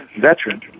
veteran